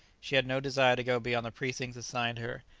she had no desire to go beyond the precincts assigned her,